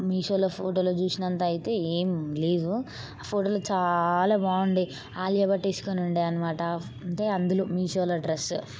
మీషోలో ఫోటోలో చూసినంత అయితే ఎంలేదు ఫోటోలో చాలా బాగుండే అలియా భట్ వేసుకోని ఉండే అనమాట అంటే అందులో మీషోలో డ్రెస్